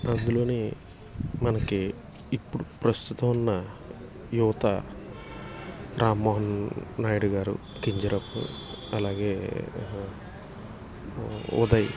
అందులోని మనకి ఇప్పుడు ప్రస్తుతం ఉన్న యువత రామ్మోహన్ నాయుడు గారు కింజరాపు అలాగే ఉదయ్